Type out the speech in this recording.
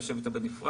יושב אתו בנפרד,